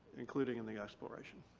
including in the exploration.